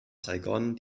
saigon